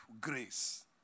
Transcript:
grace